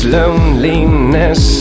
loneliness